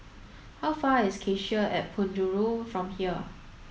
how far is Cassia at Penjuru from here